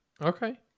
okay